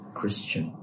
Christian